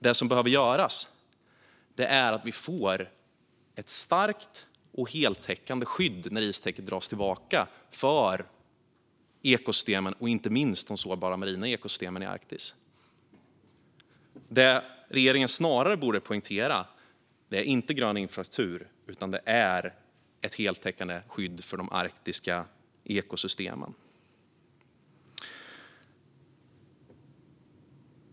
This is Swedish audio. Det som behövs är ett starkt och heltäckande skydd för ekosystemen när istäcket drar sig tillbaka, inte minst för de sårbara marina ekosystemen i Arktis. Det som regeringen snarare borde poängtera är inte grön infrastruktur utan ett heltäckande skydd för de arktiska ekosystemen.